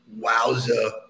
wowza